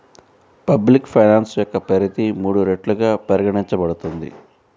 public finance యొక్క పరిధి మూడు రెట్లుగా పరిగణించబడుతుంది